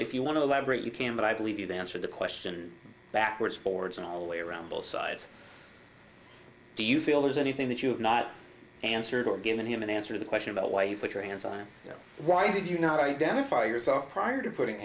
if you want to elaborate you can but i believe you've answered the question backwards forwards and all the way around both sides do you feel there's anything that you've not answered or given him an answer the question about why you put your hands on him why did you not identify yourself prior to putting